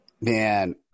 Man